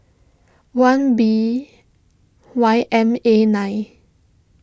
one B Y M A nine